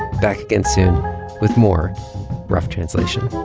back again soon with more rough translation